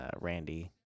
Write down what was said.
Randy